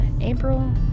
April